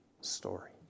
story